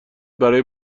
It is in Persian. برای